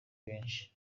benshi